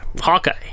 Hawkeye